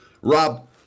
Rob